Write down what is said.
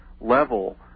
level